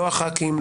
לא הח"כים,